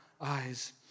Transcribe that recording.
eyes